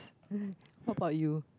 what about you